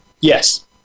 Yes